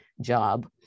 job